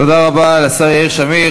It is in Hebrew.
תודה רבה לשר יאיר שמיר.